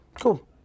Cool